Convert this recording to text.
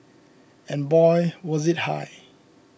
and boy was it high